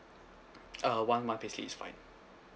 uh one one pay slip is fine